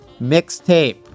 mixtape